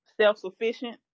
self-sufficient